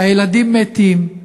הילדים מתים,